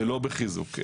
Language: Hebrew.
לא בחיזוק.